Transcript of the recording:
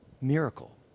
Miracle